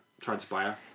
transpire